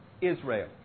Israel